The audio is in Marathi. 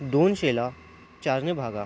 दोनशेला चारने भागा